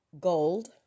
gold